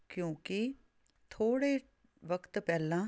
ਕਿਉਂਕਿ ਥੋੜ੍ਹੇ ਵਕਤ ਪਹਿਲਾਂ